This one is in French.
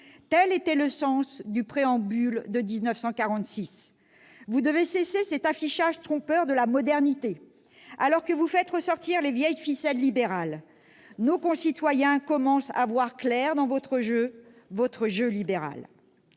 Tel était le sens du Préambule de la Constitution de 1946. Vous devez cesser cet affichage trompeur de la modernité, alors que vous faites ressortir les vieilles ficelles libérales. Nos concitoyens commencent à voir clair dans votre jeu- un jeu libéral